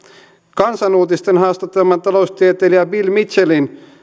kansan uutisten haastatteleman taloustieteilijä bill mitchellin